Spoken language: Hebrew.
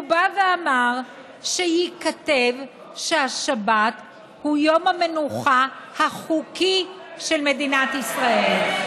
הוא בא ואמר שייכתב שהשבת היא יום המנוחה החוקי של מדינת ישראל.